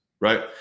Right